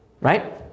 right